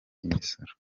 imisoro